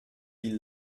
die